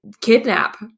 kidnap